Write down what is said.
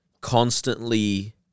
constantly